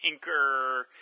inker